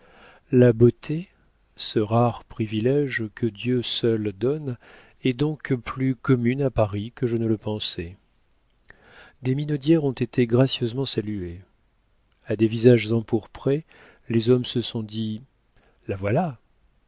la beauté ce rare privilége que dieu seul donne est donc plus commune à paris que je ne le pensais des minaudières ont été gracieusement saluées a des visages empourprés les hommes se sont dit la voilà